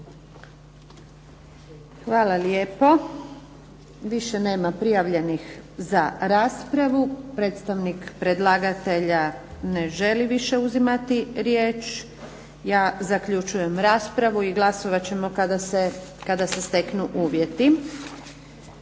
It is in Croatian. Hvala lijepo. Više nema prijavljenih za raspravu. Predstavnik predlagatelja ne želi više uzimati riječ. Ja zaključujem raspravu i glasovati ćemo kada se steknu uvjeti.